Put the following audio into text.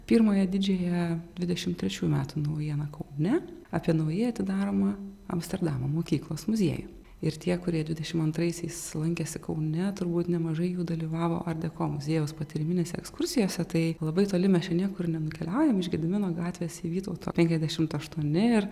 pirmąją didžiąją dvidešim trečių metų naujieną kaune apie naujai atidaromą amsterdamo mokyklos muziejų ir tie kurie dvidešim antraisiais lankėsi kaune turbūt nemažai jų dalyvavo art deko muziejaus patyriminėse ekskursijose tai labai toli mes čia niekur nenukeliaujam iš gedimino gatvės į vytauto penkiasdešimt aštuoni ir